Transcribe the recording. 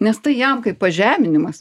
nes tai jam kaip pažeminimas